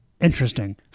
interesting